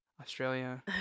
Australia